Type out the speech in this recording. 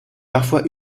parfois